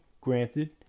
granted